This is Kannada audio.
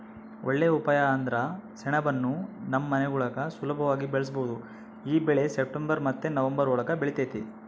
ಒಳ್ಳೇ ಉಪಾಯ ಅಂದ್ರ ಸೆಣಬುನ್ನ ನಮ್ ಮನೆಗುಳಾಗ ಸುಲುಭವಾಗಿ ಬೆಳುಸ್ಬೋದು ಈ ಬೆಳೆ ಸೆಪ್ಟೆಂಬರ್ ಮತ್ತೆ ನವಂಬರ್ ಒಳುಗ ಬೆಳಿತತೆ